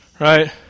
Right